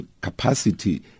capacity